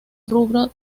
rubro